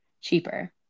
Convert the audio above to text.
cheaper